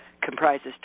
comprises